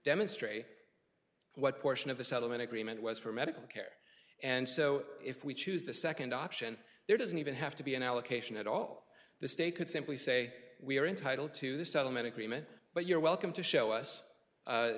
demonstrate what portion of the settlement agreement was for medical care and so if we choose the second option there doesn't even have to be an allocation at all the state could simply say we are entitled to this settlement agreement but you're welcome to show